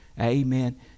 Amen